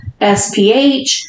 SPH